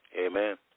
Amen